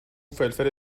فلفل